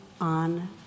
on